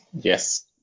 yes